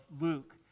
Luke